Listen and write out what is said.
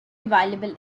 available